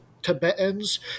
Tibetans